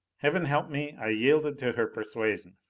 heaven help me, i yielded to her persuasion!